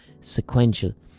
sequential